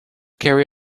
carry